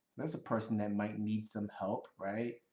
there's a person that might need some help, right.